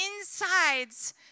insides